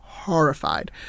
horrified